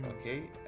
okay